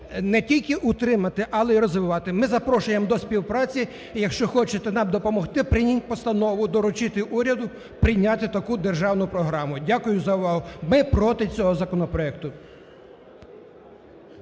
не тільки утримати, але й розвивати. Ми запрошуємо до співпраці, і якщо хочете нам допомогти, прийміть постанову – доручити уряду прийняти таку державну програму. Дякую за увагу. Ми проти цього законопроекту.